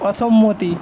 অসম্মতি